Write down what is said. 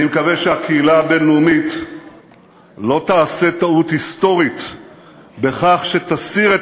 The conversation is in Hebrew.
אני מקווה שהקהילה הבין-לאומית לא תעשה טעות היסטורית בכך שתסיר את